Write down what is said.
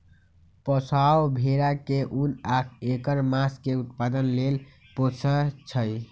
पोशौआ भेड़ा के उन आ ऐकर मास के उत्पादन लेल पोशइ छइ